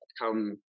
come